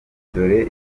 dore